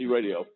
Radio